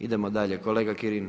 Idemo dalje, kolega Kirin.